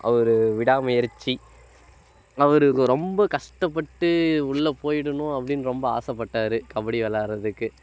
அவர் விடாமுயற்சி அவர் ரொம்ப கஷ்டப்பட்டு உள்ள போய்டணும் அப்படின்னு ரொம்ப ஆசைப்பட்டாரு கபடி வெளாடுறதுக்கு